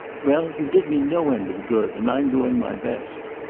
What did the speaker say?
well, you did me no end of good, and i'm doing my best.